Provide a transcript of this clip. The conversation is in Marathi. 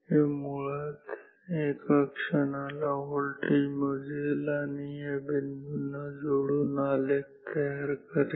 ते मुळात वेगवेगळ्या क्षणाला व्होल्टेज मोजेल आणि या बिंदूंना जोडून आलेख तयार करेल